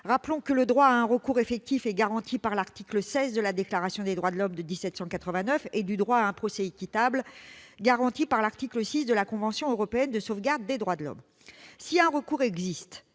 Rappelons que le droit à un recours effectif est garanti par l'article XVI de la Déclaration des droits de l'homme et du citoyen de 1789 et le droit à un procès équitable par l'article 6 de la convention européenne de sauvegarde des droits de l'homme et des libertés